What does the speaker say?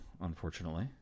unfortunately